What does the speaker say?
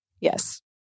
Yes